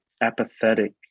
apathetic